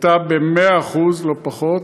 הייתה במאה אחוז, לא פחות,